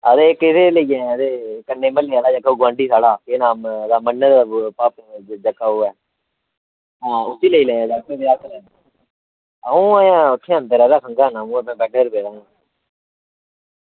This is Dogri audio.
ते इसी लेई आयां एह् कन्नै आह्ला म्हल्ला साढ़े दा गोआंढी साढ़ा आं उसी लेई लैयां अं'ऊ यरा अंदर ऐ ऐहीं खंघा करना बेड उप्पर ऐ ऐहीं